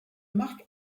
marc